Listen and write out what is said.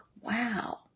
wow